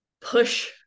push